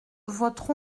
votre